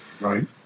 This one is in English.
Right